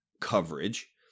coverage